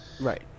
Right